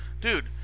Dude